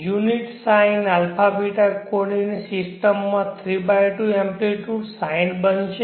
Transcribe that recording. unit sine αβ coordinate સિસ્ટમમાં 32 amplitudes sine બનશે